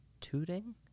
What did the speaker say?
Tooting